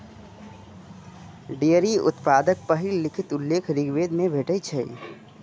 dairy उत्पादक पहिल लिखित उल्लेख ऋग्वेद मे भेटै छै